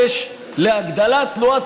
כאשר רצינו להפחית מס חברות, התנגדתם.